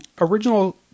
original